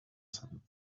some